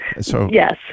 Yes